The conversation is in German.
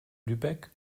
lübeck